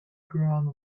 ground